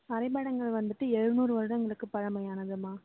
வரைபடங்கள் வந்துவிட்டு எழுநூறு வருடங்களுக்கு பழமையானதும்மா